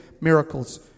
miracles